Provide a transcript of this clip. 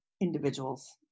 individuals